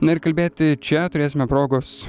na ir kalbėti čia turėsime progos